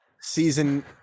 Season